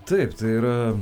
taip tai yra